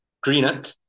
Greenock